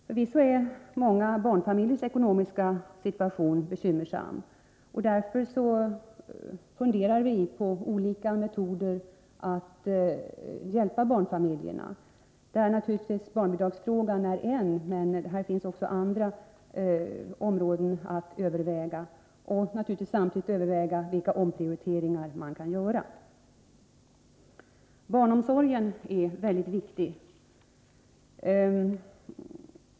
Förvisso är många barnfamiljers ekonomiska situation bekymmersam, och därför funderar vi på olika metoder att hjälpa barnfamiljerna. I detta sammanhang är naturligtvis barnbidragsfrågan en aspekt, men här kan man också överväga insatser på andra områden. Vi måste samtidigt överväga vilka omprioriteringar som kan göras. Barnomsorgen är mycket viktig.